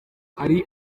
hari